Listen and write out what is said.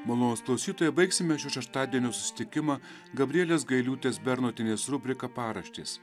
malonūs klausytojai baigsime šį šeštadienio susitikimą gabrielės gailiūtės bernotienės rubrika paraštės